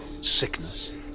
sickness